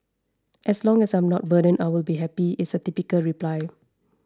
as long as I am not a burden I will be happy is a typical reply